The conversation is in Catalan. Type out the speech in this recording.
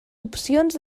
opcions